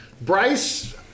Bryce